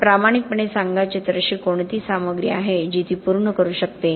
पण प्रामाणिकपणे सांगायचे तर अशी कोणती सामग्री आहे जी ती पूर्ण करू शकते